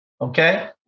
Okay